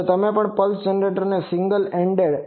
તો પણ pulse generators single ended છે